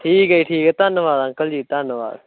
ਠੀਕ ਹੈ ਜੀ ਠੀਕ ਹੈ ਧੰਨਵਾਦ ਅੰਕਲ ਜੀ ਧੰਨਵਾਦ